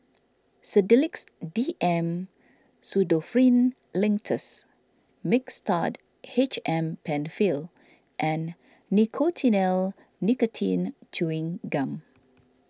Sedilix D M Pseudoephrine Linctus Mixtard H M Penfill and Nicotinell Nicotine Chewing Gum